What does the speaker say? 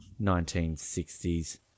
1960s